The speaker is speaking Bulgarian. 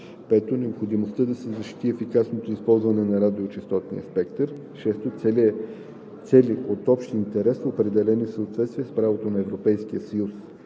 5. необходимостта да се защити ефикасното използване на радиочестотния спектър; 6. цели от общ интерес, определени в съответствие с правото на Европейския съюз.